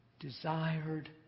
Desired